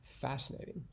Fascinating